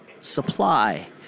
supply